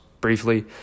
briefly